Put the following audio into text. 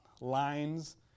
lines